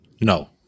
No